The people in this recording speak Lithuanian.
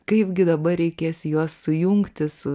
kaipgi dabar reikės juos sujungti su